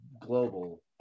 global